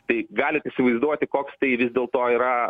tai galit įsivaizduoti koks tai vis dėlto yra